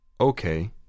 Okay